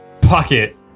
pocket